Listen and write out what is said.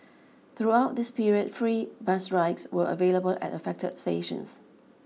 throughout this period free bus rides were available at affected stations